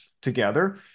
together